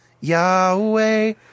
Yahweh